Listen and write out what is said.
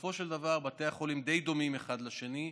ובסופו של דבר בתי החולים די דומים אחד לשני.